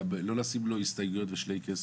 גם לא לשים הסתייגויות ומכשולים.